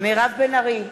מירב בן ארי,